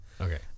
Okay